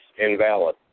invalid